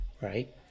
right